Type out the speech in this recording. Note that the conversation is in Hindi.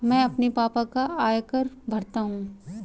मैं अपने पापा का आयकर भरता हूं